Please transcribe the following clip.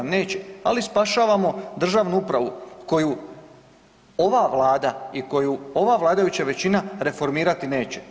Neće, ali spašavamo državnu upravu koju ova Vlada i koju ova vladajuća većina reformirati neće.